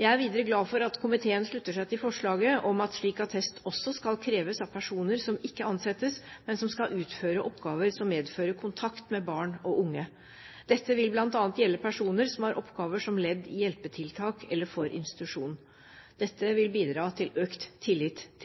Jeg er videre glad for at komiteen slutter seg til forslaget om at slik attest også skal kreves av personer som ikke ansettes, men som skal utføre oppgaver som medfører kontakt med barn og unge. Dette vil bl.a. gjelde personer som har oppgaver som ledd i hjelpetiltak eller for institusjon. Dette vil bidra til økt